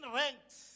ranks